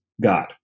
God